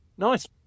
Nice